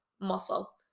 muscle